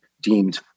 deemed